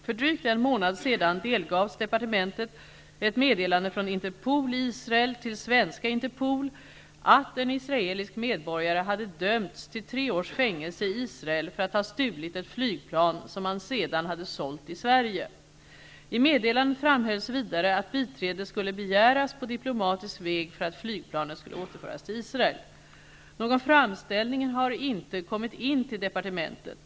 För drygt en månad sedan delgavs departementet ett meddelande från Interpol i Israel till svenska Interpol att en israelisk medborgare hade dömts till tre års fängelse i Israel för att ha stulit ett flygplan som han sedan hade sålt i Sverige. I meddelandet framhölls vidare att biträde skulle begäras på diplomatisk väg för att flygplanet skulle återföras till Israel. Någon framställning har inte kommit in till departementet.